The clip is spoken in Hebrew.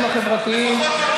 זאת אומרת, למי מכם שחוששות